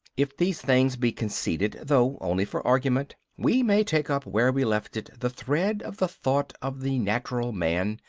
if these things be conceded, though only for argument, we may take up where we left it the thread of the thought of the natural man,